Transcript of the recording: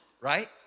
right